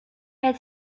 had